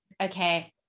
okay